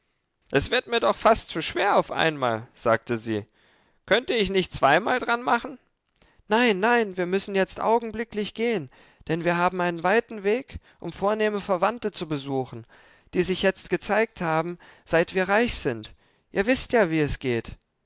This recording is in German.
es wird mir doch fast zu schwer auf einmal sagte sie könnte ich nicht zweimal dran machen nein nein wir müssen jetzt augenblicklich gehen denn wir haben einen weiten weg um vornehme verwandte zu besuchen die sich jetzt gezeigt haben seit wir reich sind ihr wißt ja wie es geht